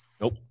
Nope